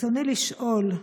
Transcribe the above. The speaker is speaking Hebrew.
רצוני לשאול: